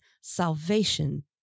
Salvation